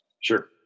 sure